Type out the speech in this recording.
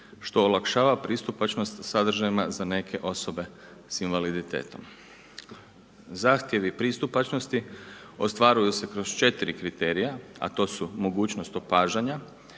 što olakšava pristupačnost sadržajima za neke osobe sa invaliditetom. Zahtjevi pristupačnosti ostvaruju se kroz četiri kriterija a to su mogućnost opažanja,